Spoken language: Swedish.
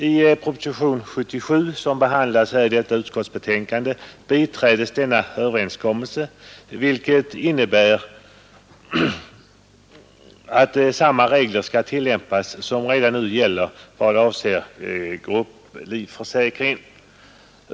I propositionen 77 som behandlas i detta utskottsbetänkande biträdes denna överenskommelse, vilket innebär att samma regler skall tillämpas som redan nu gäller för grupplivförsäkring.